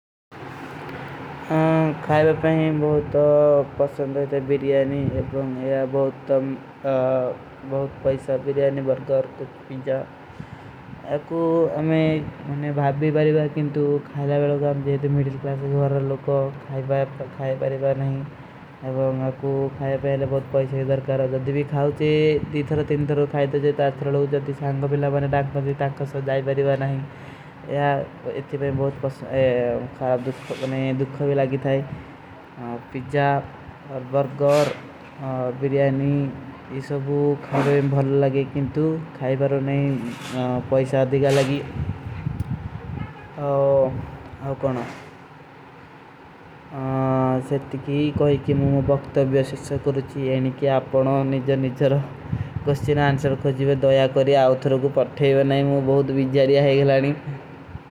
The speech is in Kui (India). କହଯଵା ପହୀଂ ବହୁତ ପସଂଦ ହୋତେ ବିରିଯାନୀ ଏବଂ ଯା ବହୁତ ପୈସା ବିରିଯାନୀ, ବର୍ଗର, କୁଛ ପୀଜା। ଅକୂ ହମେଂ ମନେ ଭାବ ଭୀ ବାରୀ ବାରୀ କିଂଟୂ ଖାଈଲା ବେଡୋ ଗାମ ଜେଏ ତୋ ମିଡିଲ କ୍ଲାସ ହୋର ଲୋକୋ ଖାଈ ବାରୀ ବାରୀ ବାରୀ ନହୀଂ। ଏବଂ ଅକୂ ଖାଈ ବେଡେ ବହୁତ ପୈସା ହୀ ଦର୍ଗାର ହୋ, ଜଦ ଭୀ ଖାଁଚେ ଦୀ ଥରୋ ତୀନ ଥରୋ ଖାଈ ତୋ ଜୈତା ଥରୋ ଜଦୀ ସାଂଗ ବିଲା ବନେ ଡାଖନା ଥୀ। ଟାଖନା ସୋ ଜାଈ ବାରୀ ବାରୀ ନହୀଂ। ପିଜା, ବର୍ଗର, ବିରିଯାନୀ ଇସ ଭୀ ଖାଁଚେ ବାରୀ ବହୁତ ଲଗେ କିନ୍ଟୂ ଖାଈ ବାରୋ ନହୀଂ ପୈସା ଦିଗା ଲଗୀ। ପିଜା, ବର୍ଗର, ବିରିଯାନୀ ଇସ ଭୀ ଖାଁଚେ ବାରୀ ଦିଗା ଲଗେ କିନ୍ଟୂ ଖାଈ ବାରୋ ନହୀଂ ପୈସା ଦିଗା ଲଗୀ।